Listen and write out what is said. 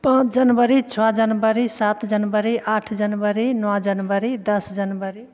पाँच जनवरी छओ जनवरी सात जनवरी आठ जनवरी नओ जनवरी दस जनवरी